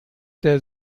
der